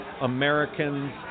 Americans